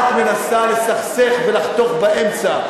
את מנסה לסכסך ולחתוך באמצע.